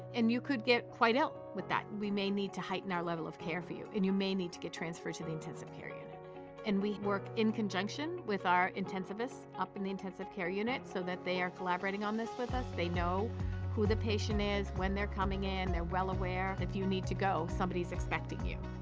and you could get quite ill with that we may need to heighten our level of care for you and you may need to get transferred to the intensive care unit. and we work in conjunction with our intensivists up in the intensive care unit so that they are collaborating on this with us, they know who the patient is, when they're coming in. they're well aware if you need to go somebody is expecting you.